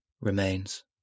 remains